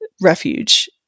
refuge